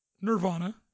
nirvana